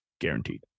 guaranteed